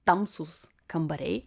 tamsūs kambariai